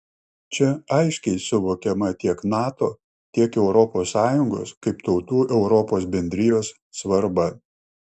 čia aiškiai suvokiama tiek nato tiek europos sąjungos kaip tautų europos bendrijos svarba